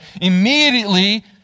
immediately